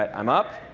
ah i'm up.